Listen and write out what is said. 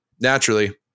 Naturally